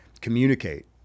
communicate